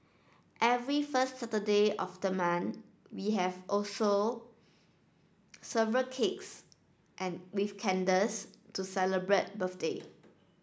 every first Saturday of the month we also have several cakes and with candles to celebrate birthday